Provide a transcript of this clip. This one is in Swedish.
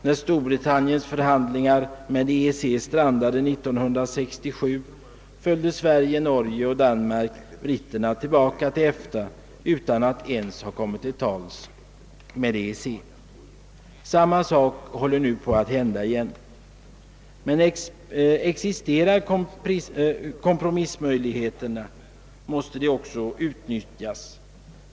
När Storbritanniens förhandlingar med EEC strandade 1967 följde Sverige, Norge och Danmark britterna tillbaka till EFTA utan att ens ha kommit till tals med EEC. Samma sak håller nu på att hända igen. Men existerar kompromissmöjligheter måste de utnyttjas.